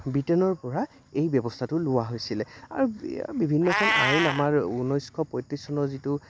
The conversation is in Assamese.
ব্ৰিটেনৰ পৰা এই ব্যৱস্থাটো লোৱা হৈছিলে আৰু বিভিন্নখন আইন আমাৰ ঊনৈছশ পঁত্ৰিছ চনৰ যিটো